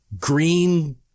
green